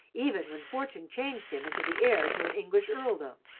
even when fortune changed him into the heir to an english earldom,